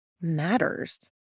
matters